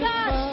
God